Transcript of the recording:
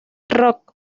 rock